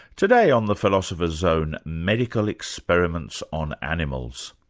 today on the philosopher's zone, medical experiments on animals.